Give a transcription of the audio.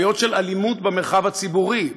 יש בעיות של אלימות במרחב הציבורי,